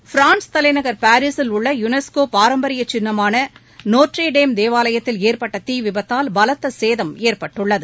France தலைநகர் பாரிஸில் உள்ள யுனெஸ்கோ பாரம்பரியச் சின்னமான நோட்ரே டேம் தேவாலயத்தில் ஏற்பட்ட தீ விபத்தால் பலத்த சேதம் ஏற்பட்டுள்ளது